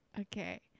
Okay